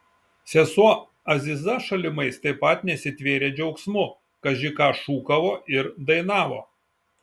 sesuo aziza šalimais taip pat nesitvėrė džiaugsmu kaži ką šūkavo ir dainavo